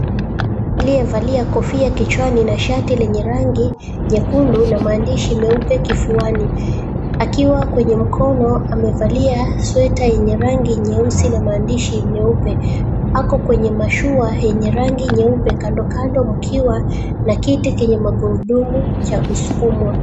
Aliyevalia kofia kichwani na shati lenye rangi na maandishi meupe kifuani. Akiwa kwenye mkono amevalia sweta yenye rangi nyeusi na maandishi meupe. Ako kwenye mashua yenye rangi nyeupe, kandokando mkiwa na kiti chenye magurudumu cha kusukumwa.